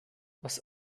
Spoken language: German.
aus